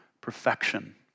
perfection